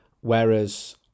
Whereas